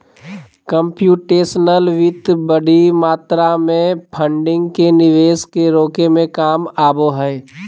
computational वित्त बडी मात्रा में फंडिंग के निवेश के रोके में काम आबो हइ